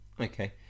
Okay